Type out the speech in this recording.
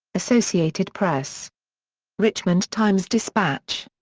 associated press richmond times-dispatch.